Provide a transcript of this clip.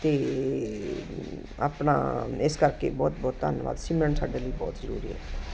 ਅਤੇ ਆਪਣਾ ਇਸ ਕਰਕੇ ਬਹੁਤ ਬਹੁਤ ਧੰਨਵਾਦ ਸਿਮਰਨ ਸਾਡੇ ਲਈ ਬਹੁਤ ਜ਼ਰੂਰੀ ਹੈ